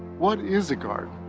what is a garden?